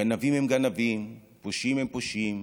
גנבים הם גנבים, פושעים הם פושעים,